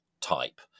type